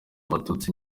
abatutsi